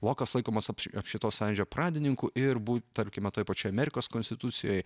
lokas laikomas apšvietos sąjūdžio pradininkų ir bu tarkime toj pačioj amerikos konstitucijoje